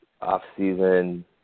off-season